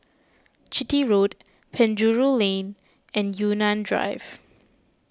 Chitty Road Penjuru Lane and Yunnan Drive